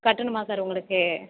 கட்டணுமா சார் உங்களுக்கு